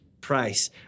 price